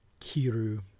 Kiru